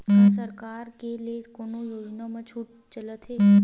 का सरकार के ले कोनो योजना म छुट चलत हे?